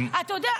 אתה יודע,